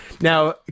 Now